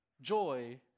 Joy